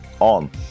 on